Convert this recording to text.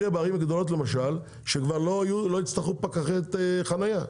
הגדולות, למשל, כבר לא יצטרכו פקחי חנייה.